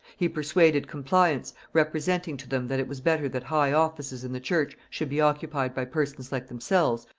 he persuaded compliance, representing to them that it was better that high offices in the church should be occupied by persons like themselves,